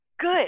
Good